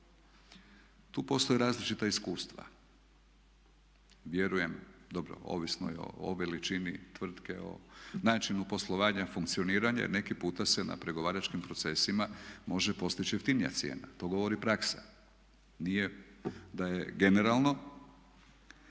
Tu postoje različita iskustva. Vjerujem, dobro ovisno je o veličini tvrtke, o načinu poslovanja, funkcioniranje, jer neki puta se na pregovaračkim procesima može postići jeftinija cijena. To govori praksa, nije da je generalno.